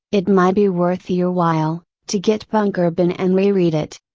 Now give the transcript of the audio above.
it might be worth your while, to get bunker bean and reread it.